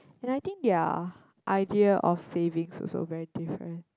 but I think their idea of savings also very different